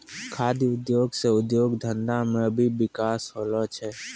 खाद्य उद्योग से उद्योग धंधा मे भी बिकास होलो छै